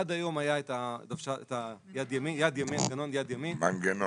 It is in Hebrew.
עד היום היה עם מנגנון יד ימין והוחלט